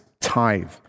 tithe